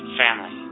family